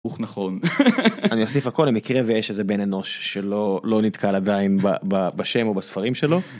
נכון אני אוסיף הכל למקרה ויש איזה בן אנוש שלא לא נתקל עדיין בשם או בספרים שלו.